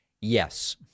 Yes